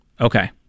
Okay